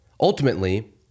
Ultimately